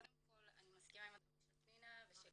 קודם כל אני מסכימה עם פנינה ו-